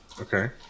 Okay